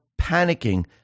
panicking